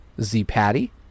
Z-Patty